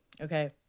okay